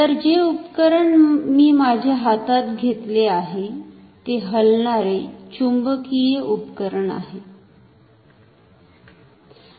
तर जे उपकरण मी माझ्या हातात घेतले आहे ते हलणारे चुंबकिय उपकरण आहे